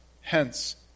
hence